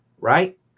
right